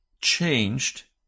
Changed